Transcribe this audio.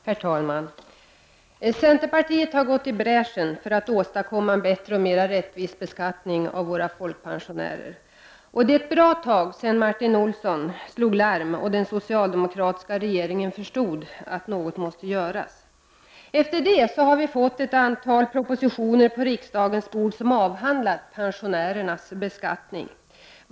Herr talman! Centerpartiet har gått i bräschen för att åstadkomma en bättre och mera rättvis beskattning av våra folkpensionärer. Det är ett bra tag sedan Martin Olsson slog larm och den socialdemokratiska regeringen förstod att något måste göras. Efter det har vi fått ett antal propositioner på riksdagens bord, som avhandlat pensionärernas beskattning.